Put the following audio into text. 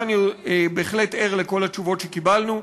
ואני בהחלט ער לכל התשובות שקיבלנו,